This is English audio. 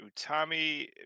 Utami